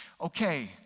Okay